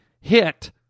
hit